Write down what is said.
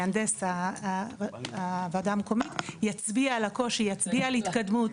מהנדס הוועדה המקומית יצביע על הקושי יצביע על התקדמות,